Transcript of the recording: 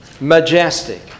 majestic